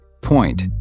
Point